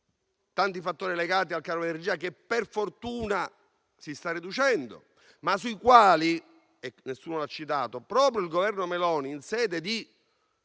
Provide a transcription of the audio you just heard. tanti fattori legati al caro energia, che per fortuna si sta riducendo, ma sui quali - nessuno l'ha citato - proprio il Governo Meloni, in sede di